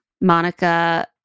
Monica